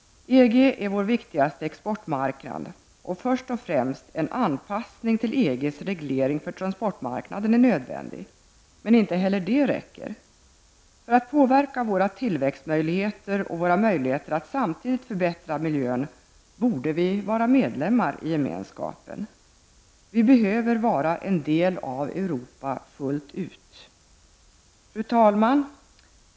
EG är vår viktigaste exportmarknad. Därför är först och främst en anpassning till EGs reglering för transportmarknaden nödvändig, men inte heller detta är tillräckligt. För att påverka våra tillväxtmöjligheter och våra möjligheter att samtidigt förbättra miljön borde vi vara medlemmar i gemenskapen. Vi behöver vara en del av Europa fullt ut. Fru talman!